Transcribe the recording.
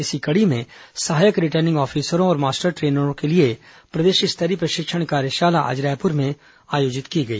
इसी कड़ी में सहायक रिटर्निंग ऑफिसर और मास्टर ट्रेनरों के लिए प्रदेश स्तरीय प्रशिक्षण कार्यशाला आज रायपुर में आयोजित की गई